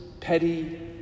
petty